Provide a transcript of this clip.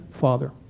father